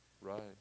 Right